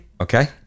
okay